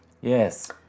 Yes